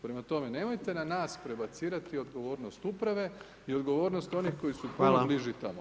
Prema tome, nemojte na nas prebacivati odgovornost uprave i odgovornost onih koji su puno bliži tamo.